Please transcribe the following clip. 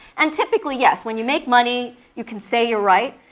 and typically, yes, when you make money you can say you're right,